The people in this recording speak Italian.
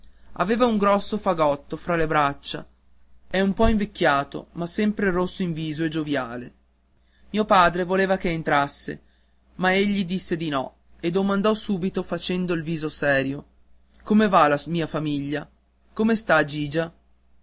aveva un grosso fagotto fra le braccia è un po invecchiato ma sempre rosso in viso e gioviale mio padre voleva che entrasse ma egli disse di no e domandò subito facendo il viso serio come va la mia famiglia come sta gigia